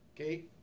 okay